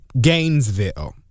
Gainesville